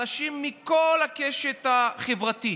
אנשים מכל הקשת החברתית.